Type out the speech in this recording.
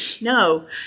no